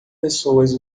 pessoas